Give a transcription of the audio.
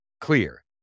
clear